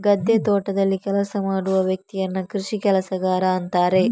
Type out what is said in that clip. ಗದ್ದೆ, ತೋಟದಲ್ಲಿ ಕೆಲಸ ಮಾಡುವ ವ್ಯಕ್ತಿಯನ್ನ ಕೃಷಿ ಕೆಲಸಗಾರ ಅಂತಾರೆ